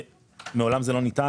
מעולם זה לא ניתן,